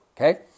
Okay